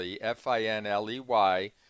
F-I-N-L-E-Y